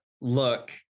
Look